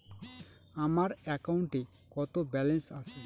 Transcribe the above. আমার অ্যাকাউন্টে কত ব্যালেন্স আছে?